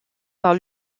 par